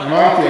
אמרתי,